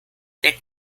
der